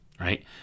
right